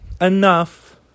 enough